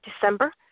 December